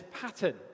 pattern